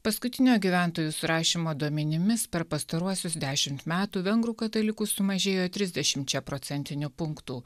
paskutinio gyventojų surašymo duomenimis per pastaruosius dešimt metų vengrų katalikų sumažėjo trisdešimčia procentinių punktų